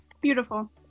Beautiful